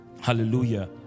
Hallelujah